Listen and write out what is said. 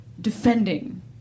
defending